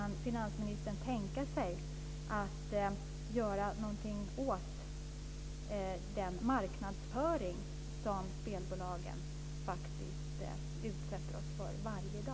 Man måste försöka se helheten i detta.